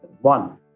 One